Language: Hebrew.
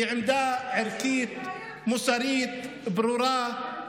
היא עמדה ערכית-מוסרית ברורה.